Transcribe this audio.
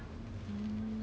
results out right